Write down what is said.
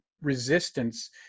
resistance